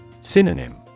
Synonym